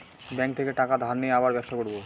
bank থেকে টাকা ধার নিয়ে আবার ব্যবসা করবো